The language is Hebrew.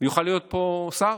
ויוכל להיות פה שר.